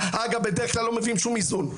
אגב, בדרך כלל לא מביאים שום איזון.